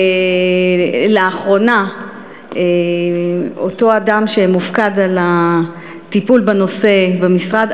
לאחרונה אותו אדם שמופקד על הטיפול בנושא במשרד,